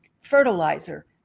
fertilizer